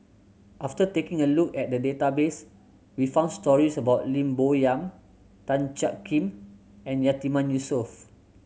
after taking a look at the database we found stories about Lim Bo Yam Tan Jiak Kim and Yatiman Yusof